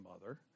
Mother